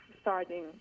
starting